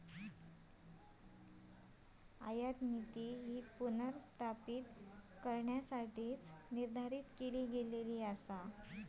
आयातनीती पुनर्स्थापित करण्यासाठीच निर्धारित केली गेली हा